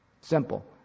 Simple